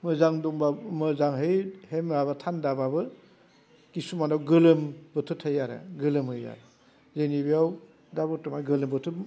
मोजां दंबा मोजांहै माबा थान्दाबाबो खिसुमानाव गोलोम बोथोर थायो आरो गोलोमो आरो जोंनि बेयाव दा बरथ'मान गोलोम बोथोर